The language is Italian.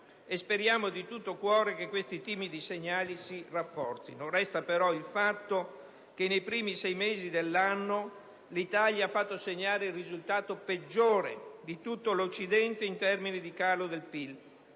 e speriamo di tutto cuore che questi timidi segnali si rafforzino. Resta però il fatto che, nei primi sei mesi dell'anno, l'Italia ha fatto segnare il risultato peggiore di tutto l'Occidente in termini di calo del PIL